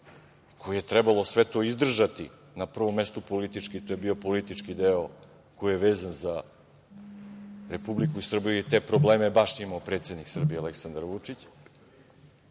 koji je trebalo sve to izdržati, na prvom mestu politički, to je bio politički deo koji je vezan za Republiku Srbiju i te probleme je baš imao predsednik Srbije Aleksandar Vučić